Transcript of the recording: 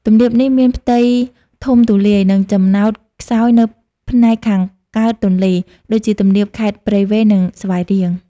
ទំនាបនេះមានផ្ទៃធំទូលាយ និងចំណោតខ្សោយនៅផ្នែកខាងកើតទន្លេ ដូចជាទំនាបខេត្តព្រៃវែង និងស្វាយរៀង។